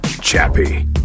Chappie